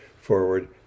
forward